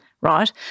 right